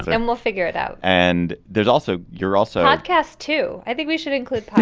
and we'll figure it out and there's also you're also podcast too. i think we should include